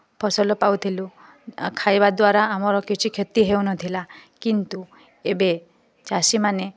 ଫସଲ ପାଉଥିଲୁ ଖାଇବା ଦ୍ୱାରା ଆମର କିଛି କ୍ଷତି ହେଉନଥିଲା କିନ୍ତୁ ଏବେ ଚାଷୀ ମାନେ